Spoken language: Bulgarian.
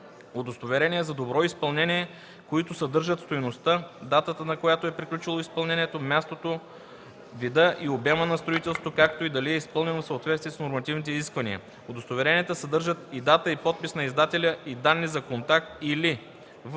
удостоверения за добро изпълнение, които съдържат стойността, датата, на която е приключило изпълнението, мястото, вида и обема на строителството, както и дали е изпълнено в съответствие с нормативните изисквания; удостоверенията съдържат и дата и подпис на издателя и данни за контакт, или в) копия на